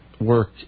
work